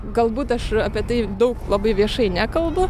galbūt aš apie tai daug labai viešai nekalbu